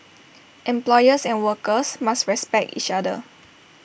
employers and workers must respect each other